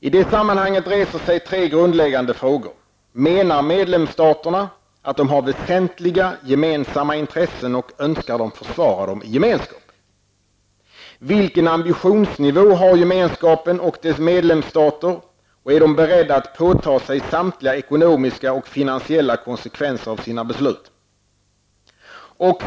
I det sammanhanget reser sig tre grundläggande frågor: -- Menar medlemsstaterna att de har väsentliga gemensamma intressen och önskar försvara dem i gemenskap? -- Vilken ambitionsnivå har Gemenskapen och dess medlemsstater, och är de beredda att påta sig samtliga ekonomiska och finansiella konsekvenser av sina beslut?